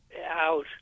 out